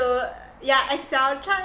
to yeah excel try